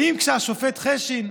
האם כשהשופט חשין,